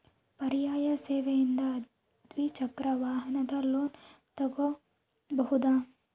ಪರ್ಯಾಯ ಸೇವೆಯಿಂದ ದ್ವಿಚಕ್ರ ವಾಹನದ ಲೋನ್ ತಗೋಬಹುದಾ?